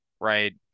right